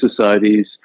societies